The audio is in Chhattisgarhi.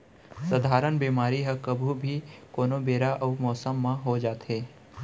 सधारन बेमारी ह कभू भी, कोनो बेरा अउ मौसम म हो जाथे